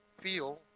feel